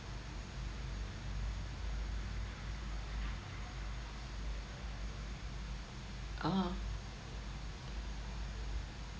(uh huh)